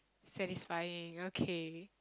satisfying okay